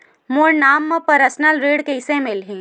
मोर नाम म परसनल ऋण कइसे मिलही?